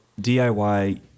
DIY